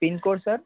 pin code sir